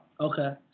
Okay